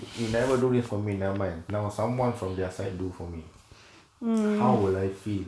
you never do this for me never mind now someone from their side do for me how will I feel